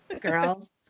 Girls